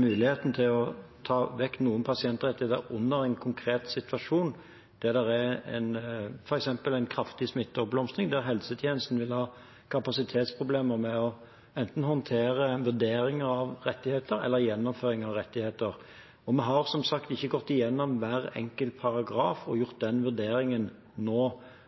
mulighet til å ta vekk noen pasientrettigheter i en konkret situasjon, f.eks. hvis det er en kraftig smitteoppblomstring, og der helsetjenesten vil ha kapasitetsproblemer med å håndtere enten en vurdering av rettigheter eller en gjennomføring av rettigheter. Vi har som sagt ikke gått igjennom hver enkelt paragraf og gjort den vurderingen nå.